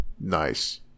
Nice